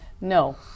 No